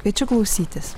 kviečiu klausytis